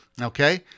okay